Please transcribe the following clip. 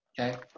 okay